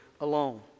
alone